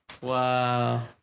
wow